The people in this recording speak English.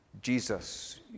Jesus